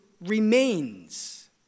remains